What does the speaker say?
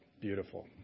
beautiful